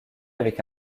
avec